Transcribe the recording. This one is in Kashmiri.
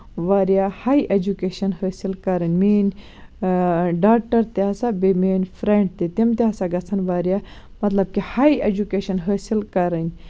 واریاہ ہے ایٚجوکیشَن حٲصِل کَرٕنۍ میٛٲںی ڈاٹر تہِ ہسا بیٚیہِ میٛٲنۍ فرٛینٛڈ تہِ تِم تہِ ہسا گژھَن واریاہ مطلب کہِ ہے ایٚجوکیشَن حٲصِل کَرٕنۍ